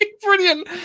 brilliant